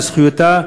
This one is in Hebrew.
לזכויותיה,